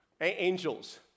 angels